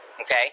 okay